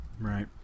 Right